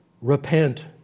Repent